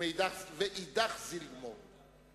ואידך זיל גמור.